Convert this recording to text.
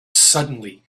suddenly